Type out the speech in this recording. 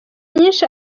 nyinshi